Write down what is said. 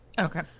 Okay